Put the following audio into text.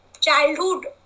childhood